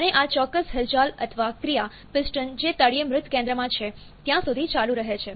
અને આ ચોક્કસ હિલચાલ અથવા ક્રિયા પિસ્ટન જે તળિયે મૃત કેન્દ્રમાં છે ત્યાં સુધી ચાલુ રહે છે